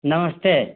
नमस्ते